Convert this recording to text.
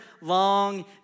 long